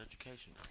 education